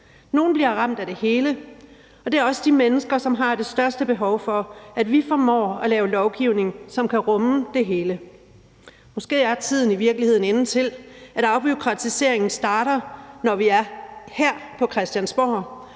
Nogle bliver ramt af det hele, og det er også de mennesker, som har det største behov for, at vi formår at lave lovgivning, som kan rumme det hele. Måske er tiden i virkeligheden inde til, at afbureaukratiseringen starter, når vi er her på Christiansborg,